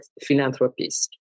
philanthropist